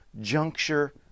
juncture